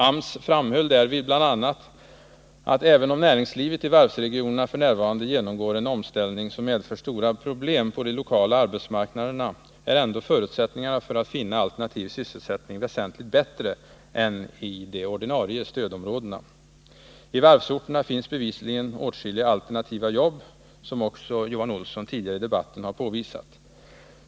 AMS framhöll därvid bl.a. att även om näringslivet i varvsregionerna f. n. genomgår en omställning som medför stora problem på de lokala arbetsmarknaderna, är ändå förutsättningarna för att finna alternativ sysselsättning väsentligt bättre än i de ordinarie stödområdena. I varvsorterna finns bevisligen åtskilliga alternativa jobb, som också Johan Olsson påvisat tidigare i debatten.